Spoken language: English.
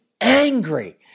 angry